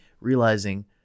realizing